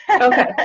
Okay